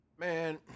Man